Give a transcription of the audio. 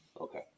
Okay